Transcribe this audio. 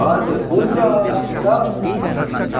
हजुर हुन्छ राखेँ ल